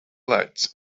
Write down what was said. lights